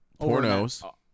pornos